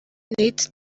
nate